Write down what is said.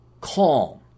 calm